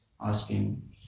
asking